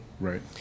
Right